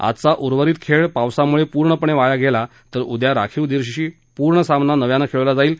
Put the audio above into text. आजचा उर्वरित खेळ पावसामुळे पूर्णपणे वाया गेल्यास उद्या राखीव दिवशी पूर्ण सामना नव्यानं खेळवला जाईल